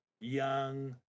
young